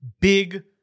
big